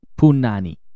Punani